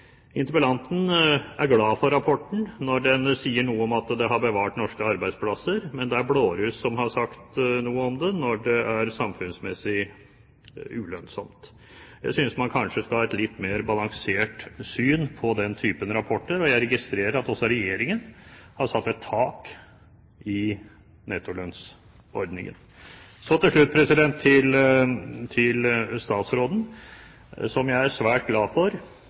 Interpellanten er glad for rapporten når den sier noe om at ordningen har bevart norske arbeidsplasser, men det er «blåruss» som har sagt noe om den, når det er samfunnsmessig ulønnsomt. Jeg synes man kanskje skal ha et litt mer balansert syn på den typen rapporter, og jeg registrerer at også Regjeringen har satt et tak på nettolønnsordningen. Så til slutt til statsråden, som jeg er svært glad for